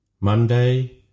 Monday